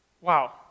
wow